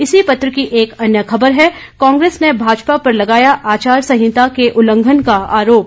इसी पत्र की एक अन्य खबर है कांग्रेस ने भाजपा पर लगाया आचारसंहिता के उल्लंघन का आरोप